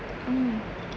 mm